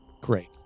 Great